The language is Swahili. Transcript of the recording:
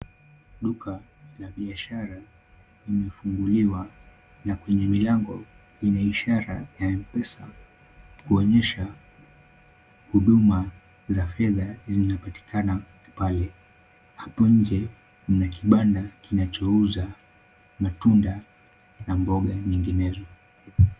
Duka la biashara imefunguliwa na kwenye milango ina ishara ya M-Pesa kuonyesha huduma za fedha zinapatikana pale. Hapo nje mna kibanda kinachouza matunda na mboga nyinginezo.